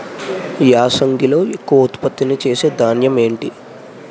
యాసంగిలో ఎక్కువ ఉత్పత్తిని ఇచే ధాన్యం ఏంటి?